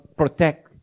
protect